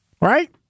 Right